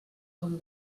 com